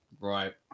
Right